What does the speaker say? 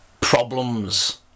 problems